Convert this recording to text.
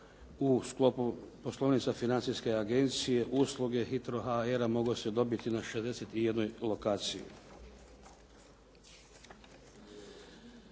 u sklopu poslovnica Financijske agencije usluge HITRO.HR-a moglo se dobiti na 61 lokaciji.